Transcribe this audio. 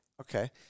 Okay